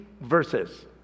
verses